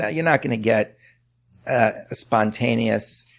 ah you're not going to get a spontaneous,